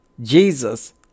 jesus